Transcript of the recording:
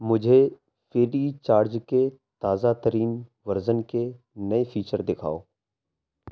مجھے free charge کے تازہ ترین ورژن کے نئے فیچر دکھاؤ